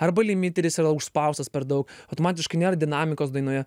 arba limiteris yra užspaustas per daug automatiškai nėra dinamikos dainoje